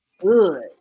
good